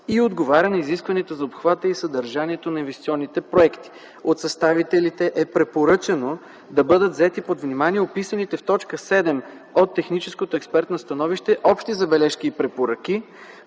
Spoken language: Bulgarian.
и отговаря на изискванията за обхвата и съдържанието на инвестиционните проекти. От съставителите е препоръчано да бъдат взети под внимание описаните в т. 7 от техническото експертно становище общи забележки и препоръки,